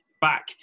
back